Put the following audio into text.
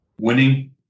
winning